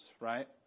right